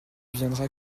viendras